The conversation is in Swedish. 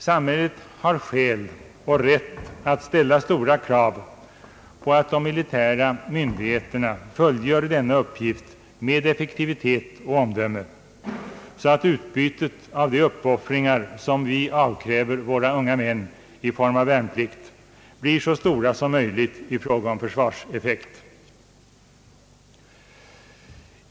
Samhället har skäl och rätt att ställa stora krav på att de militära myndigheterna fullgör denna uppgift med effektivitet och omdöme, så att utbytet av de uppoffringar som vi avkräver våra unga män i form av värnplikt blir så stort som möjligt i fråga om försvarseffekt.